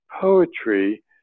poetry